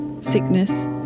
sickness